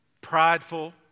prideful